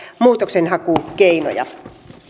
muutoksenhakukeinoja